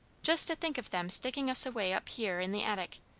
just to think of them sticking us away up here in the attic.